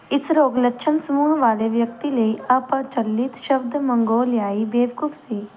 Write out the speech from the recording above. ਇਸ ਰੋਗ ਲੱਛਣ ਸਮੂਹ ਵਾਲੇ ਵਿਅਕਤੀ ਲਈ ਅਪ੍ਰਚਲਿਤ ਸ਼ਬਦ ਮੰਗੋਲਿਆਈ ਬੇਵਕੂਫ ਸੀ